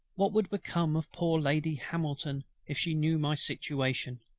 what would become of poor lady hamilton, if she knew my situation!